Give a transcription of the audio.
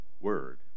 word